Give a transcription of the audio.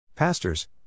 Pastors